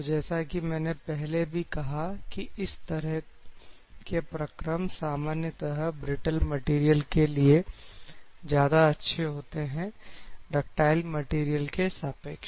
तो जैसा कि मैंने पहले भी कहा कि इस तरह के प्रक्रम सामान्यतः ब्रिटल मैटेरियल के लिए ज्यादा अच्छे होते हैं डक्टाइल मैटेरियल के सापेक्ष